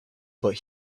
but